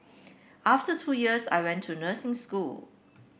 after two years I went to nursing school